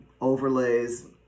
overlays